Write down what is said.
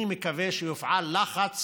אני מקווה שיופעל לחץ